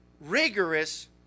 rigorous